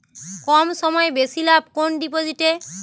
কম সময়ে বেশি লাভ কোন ডিপোজিটে?